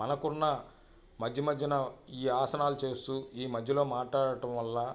మనకున్న మధ్యమధ్యన ఈ ఆసనాలు చేస్తూ ఈ మధ్యలో మాట్లాడటం వల్ల